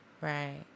Right